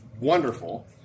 wonderful